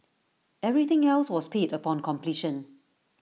everything else was paid upon completion